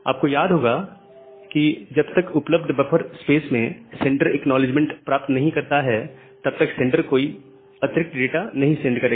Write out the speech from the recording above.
आपको याद होगा कि जब तक उपलब्ध बफर स्पेस में सेंडर एक्नॉलेजमेंट प्राप्त नहीं करता है तब तक सेंडर कोई अतिरिक्त डेटा नहीं सेंड करेगा